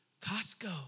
Costco